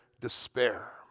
despair